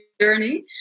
journey